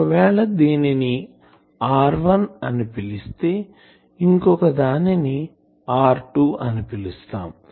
ఒకవేళ దీనిని R1 అని పిలిస్తే ఇంకోదానిని R2 అని పిలుస్తాం